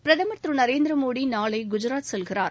பிரதமர் திரு நரேந்திர மோடி நாளை குஜராத் செல்கிறார்